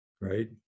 right